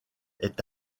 est